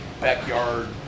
backyard